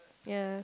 ya